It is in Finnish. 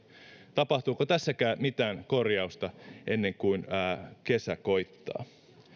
tapahtuuko tässäkään mitään korjausta ennen kuin kesä koittaa